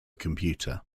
computer